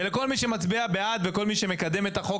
ולכל מי שמצביע בעד וכל מי שמקדם את החוק